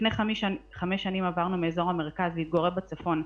לפני חמש שנים עברנו מאזור המרכז להתגורר בצפון.